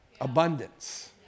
abundance